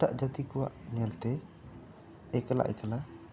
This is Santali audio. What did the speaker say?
ᱮᱴᱟᱜ ᱡᱟᱹᱛᱤ ᱠᱚᱣᱟᱜ ᱧᱮᱞ ᱛᱮ ᱮᱠᱞᱟ ᱮᱠᱞᱟ